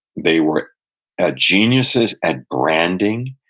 they were ah geniuses at branding,